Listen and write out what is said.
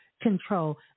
control